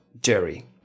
Jerry